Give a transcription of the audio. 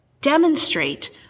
demonstrate